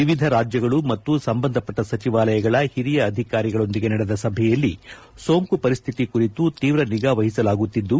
ವಿವಿಧ ರಾಜ್ಯಗಳು ಮತ್ತು ಸಂಬಂಧಪಟ್ಟ ಸಚಿವಾಲಯಗಳ ಹಿರಿಯ ಅಧಿಕಾರಿಗಳೊಂದಿಗೆ ನಡೆದ ಸಭೆಯಲ್ಲಿ ಸೋಂಕು ಪರಿಸ್ಥಿತಿ ಕುರಿತು ತೀವ್ರ ನಿಗಾ ವಹಿಸಲಾಗುತ್ತಿದ್ದು